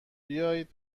بیایید